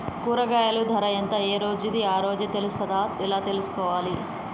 కూరగాయలు ధర ఎంత ఏ రోజుది ఆ రోజే తెలుస్తదా ఎలా తెలుసుకోవాలి?